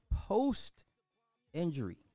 post-injury